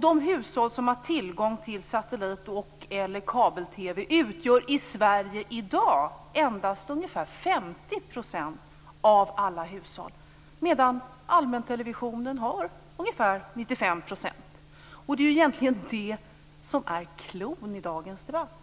De hushåll som har tillgång till satellit och/eller kabel-TV utgör i Sverige i dag endast ungefär 50 % av alla hushåll, medan ungefär 95 % har tillgång till allmäntelevisionen. Det är egentligen det som är cloun i dagens debatt.